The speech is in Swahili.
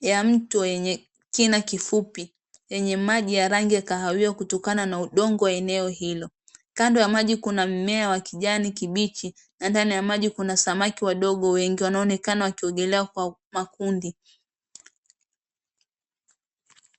ya mto mwenye kina kifupi yenye maji ya rangi kahawia kutokana na udongo wa eneo hilo. Kando ya maji kuna mmea wa kijani kibichi na ndani ya maji kuna samaki wadogo wengi wanaoonekana wakiogelea kwa makundi.